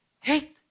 hey